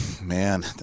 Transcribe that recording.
Man